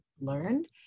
learned